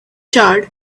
charred